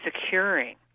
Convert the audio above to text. securing